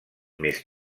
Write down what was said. més